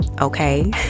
okay